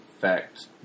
fact